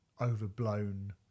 overblown